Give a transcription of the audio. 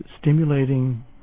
stimulating